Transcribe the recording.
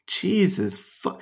Jesus